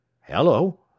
Hello